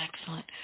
Excellent